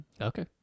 Okay